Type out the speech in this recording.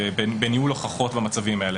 בניהול הוכחות במצבים האלה.